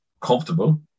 comfortable